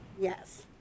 Yes